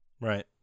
Right